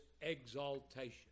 exaltation